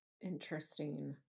Interesting